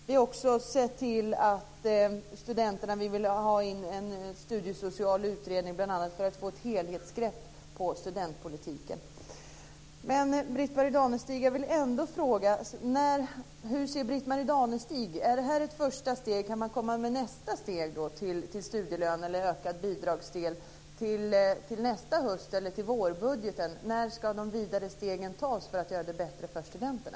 Vidare vill vi ha en studiesocial utredning, bl.a. för att få ett helhetsgrepp om studentpolitiken. Britt-Marie Danestig, är alltså det här ett första steg? Kan man komma med nästa steg mot studielön eller en ökad bidragsdel till nästa höst eller till vårbudgeten? När ska de vidare stegen tas när det gäller att göra det bättre för studenterna?